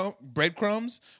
breadcrumbs